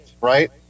right